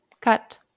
Cut